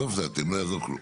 בסוף זה אתם, לא יעזור כלום.